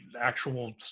actual